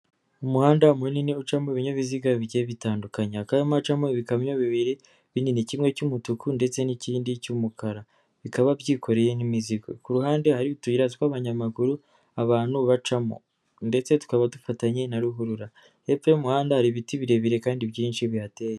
Umuhanda munini ucamo ibinyabiziga bigiye bitandukanye, hakaba harimo ibikamyo bibiri binini, kimwe cy'umutuku ndetse n'ikindi cy'umukara, bikaba byikoreye imizigo, ku ruhande hari utuyira tw'abanyamaguru abantu bacamo ndetse tukaba dufatanye na ruhurura, hepfo y'umuhanda hari ibiti birebire kandi byinshi bihateye.